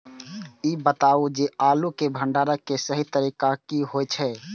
ई बताऊ जे आलू के भंडारण के सही तरीका की होय छल?